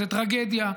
וזו טרגדיה.